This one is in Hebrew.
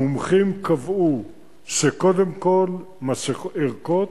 המומחים קבעו שקודם כול ערכות,